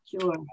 Sure